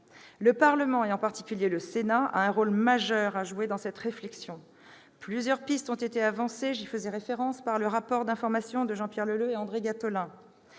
Le Parlement, en particulier le Sénat, a un rôle majeur à jouer dans cette réflexion et plusieurs pistes ont été avancées par le rapport d'information de Jean-Pierre Leleux et André Gattolin.